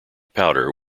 powder